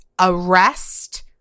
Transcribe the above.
arrest